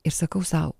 ir sakau sau